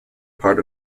part